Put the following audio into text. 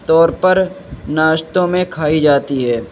طور پر ناشتوں میں کھائی جاتی ہے